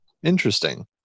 interesting